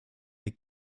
der